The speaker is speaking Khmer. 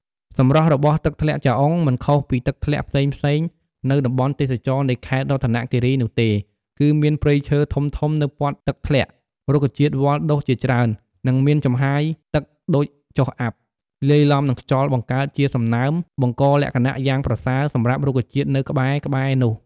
សម្រស់របស់ទឹកធ្លាក់ចាអុង មិនខុសពីទឹកធ្លាក់ផ្សេងៗនៅតំបន់ទេសចណ៍នៃខេត្តរតនគិរីនោះទេ គឺមានព្រៃឈើធំៗនៅព័ទ្ធទឹកធ្លាក់ រុក្ខជាតិវល្លិ៍ដុះជាច្រើន និងមានចំហាយទឹកដូចចុះអាប់ លាយឡំនឹងខ្យល់បង្កើតជាសំណើម បង្កលក្ខណៈយ៉ាងប្រសើរសម្រាប់រុក្ខជាតិនៅក្បែរៗនោះ។